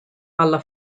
alla